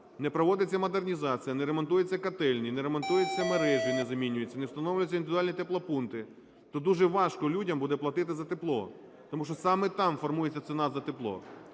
не проводиться модернізація, не ремонтуються котельні, не ремонтуються мережі, не замінюються, не встановлюються індивідуальні теплопункти, то дуже важко людям буде платити за тепло. Тому що саме там формується ціна за тепло.